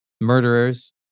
murderers